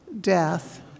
death